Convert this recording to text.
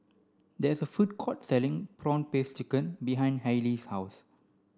there is a food court selling prawn paste chicken behind Hailee's house